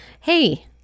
Hey